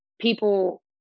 people